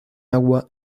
agua